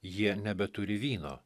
jie nebeturi vyno